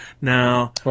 Now